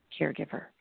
caregiver